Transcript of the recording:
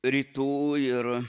rytų ir